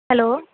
hello